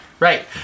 Right